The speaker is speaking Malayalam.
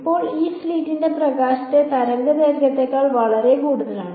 ഇപ്പോൾ ഈ സ്ലിറ്റ് പ്രകാശത്തിന്റെ തരംഗദൈർഘ്യത്തേക്കാൾ വളരെ വലുതാണ്